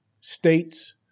states